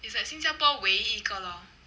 is like 新加坡唯一一个 lor